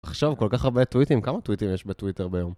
תחשוב, כל כך הרבה טוויטים, כמה טוויטים יש בטוויטר ביום?